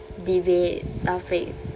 debate topic